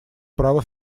права